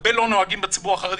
הרבה לא נוהגים בציבור החרדי,